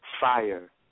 fire